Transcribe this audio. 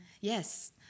yes